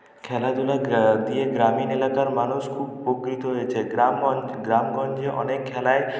খেলাধুলা দিয়ে গ্রামীণ এলাকার মানুষ খুব উপকৃত হয়েছে গ্রাম গন গ্রামগঞ্জে অনেক খেলায়